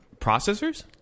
processors